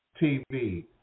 TV